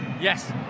Yes